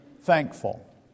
thankful